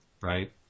Right